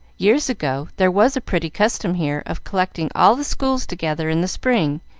years ago, there was a pretty custom here of collecting all the schools together in the spring,